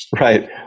Right